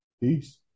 Peace